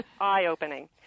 Eye-opening